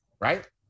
right